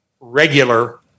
regular